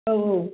औ औ